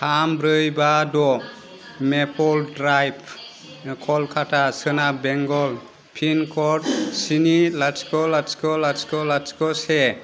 थाम ब्रै बा द' मेपल ड्राइभ कलकाता सोनाब बेंगल पिनकड स्नि लाथिख' लाथिख' लाथिख' लाथिख' से